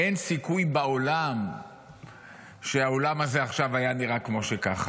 אין סיכוי בעולם שהאולם הזה עכשיו היה נראה ככה.